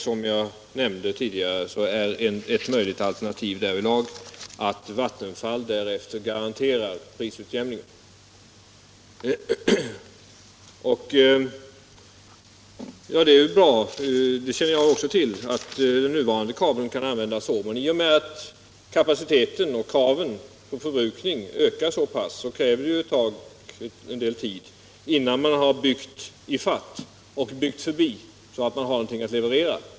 Som jag nämnde tidigare är ett möjligt alternativ därvidlag att Vattenfall fortsättningsvis garanterar en prisutjämning. Det är ju bra, och det känner jag också till, att den nuvarande kabeln kan användas som herr Nilsson säger. Men i och med att kapaciteten och kraven på förbrukning ökar så pass, lär det ta en del tid innan man byggt i fatt och förbi så att man har någonting att leverera.